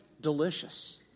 delicious